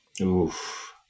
Oof